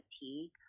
fatigue